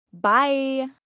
Bye